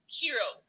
hero